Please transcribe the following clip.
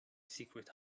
secret